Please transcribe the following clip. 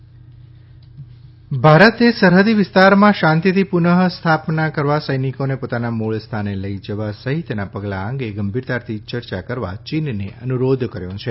ભારત ચીન ભારતે સરહદી વિસ્તારમાં શાંતિથી પુનઃસ્થાપના કરવા સૌનિકોને પોતાના મૂળ સ્થાને લઈ જવા સહિતનાં પગલાં અંગે ગંભીરતાથી ચર્ચાં કરવા ચીનનાં અનુરોધ કર્યો છે